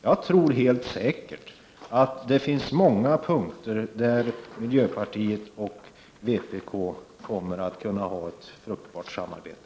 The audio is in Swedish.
Jag är helt säker på att det finns många punkter där miljöpartiet och vpk kommer att kunna ha ett fruktbart samarbete.